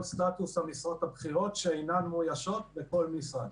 סטטוס המשרות הבכירות שאינן מאוישות בכל משרד.